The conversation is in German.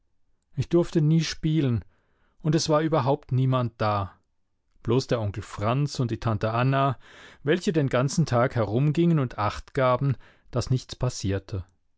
ich durfte nie spielen und es war überhaupt niemand da bloß der onkel franz und die tante anna welche den ganzen tag herumgingen und achtgaben daß nichts passierte